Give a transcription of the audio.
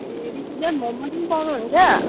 ए बिस रुपियाँमा मोमो चाहिँ पाउनुहुन्छ